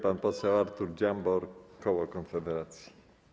Pan poseł Artur Dziambor, koło Konfederacji.